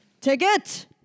Ticket